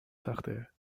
تخته